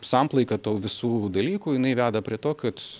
samplaika tų visų dalykų jinai veda prie to kad